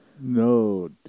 No